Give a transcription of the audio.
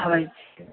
अबैत छी यौ